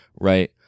right